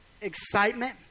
excitement